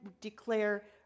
declare